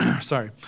Sorry